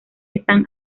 están